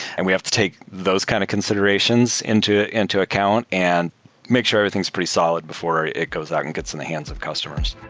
and we have to take those kinds of considerations into into account and make sure everything's pretty solid before it goes out and gets in the hands of customers.